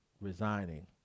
resigning